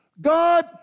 God